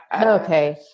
okay